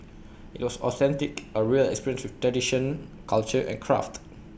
IT was authentic A real experience with tradition culture and craft